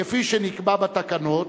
כפי שנקבע בתקנות,